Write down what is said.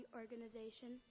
organization